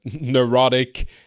neurotic